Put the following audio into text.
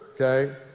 okay